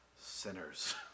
sinners